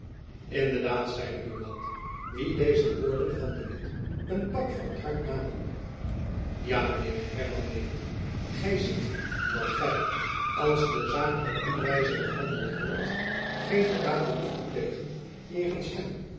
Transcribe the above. in de daad zeide buat wien deze woorden van de witt een pak van t hart namen ja mijn heer hernam de witt gy ziet dat gy als de zaak op die wijze behandeld wordt geen verraad behoeft te plegen jegens hen